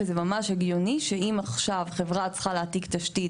וזה ממש הגיוני שאם עכשיו חברה צריכה להעתיק תשתית